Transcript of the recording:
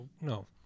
no